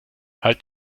halt